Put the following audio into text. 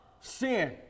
sin